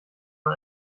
man